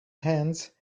hands